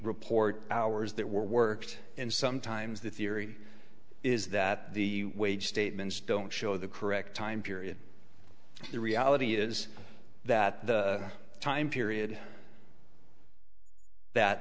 report hours that worked and sometimes the theory is that the wage statements don't show the correct time period the reality is that the time period that